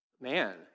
Man